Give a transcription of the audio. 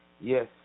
yes